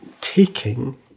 taking